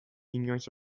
inoiz